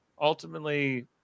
ultimately